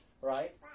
right